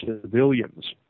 civilians